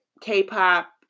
K-pop